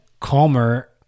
Calmer